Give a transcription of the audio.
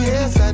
Yes